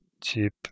cheap